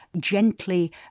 gently